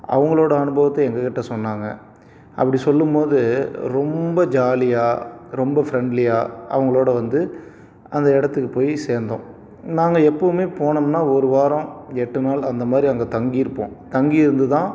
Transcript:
அவங்களோட அனுபவத்தை எங்கள்கிட்ட சொன்னாங்க அப்படி சொல்லும்போது ரொம்ப ஜாலியாக ரொம்ப ஃப்ரெண்ட்லியாக அவங்களோட வந்து அந்த இடத்துக்கு போய் சேர்ந்தோம் நாங்கள் எப்பவுமே போனமுன்னால் ஒரு வாரம் எட்டு நாள் அந்த மாதிரி அங்கே தங்கியிருப்போம் தங்கி இருந்து தான்